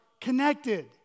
connected